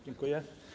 Dziękuję.